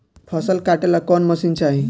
फसल काटेला कौन मशीन चाही?